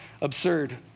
absurd